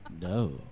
No